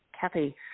Kathy